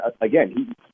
again